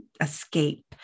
escape